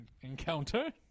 encounter